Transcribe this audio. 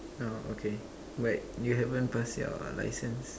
orh okay but you haven't pass your license